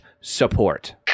support